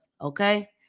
Okay